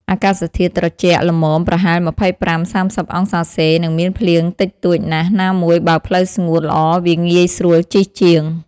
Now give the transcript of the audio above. អាកាសធាតុត្រជាក់ល្មម (ប្រហែល ២៥-៣០ អង្សាសេ) និងមានភ្លៀងតិចតួចណាស់ ណាមួយបើផ្លូវស្ងួតល្អវាងាយស្រួលជិះជាង។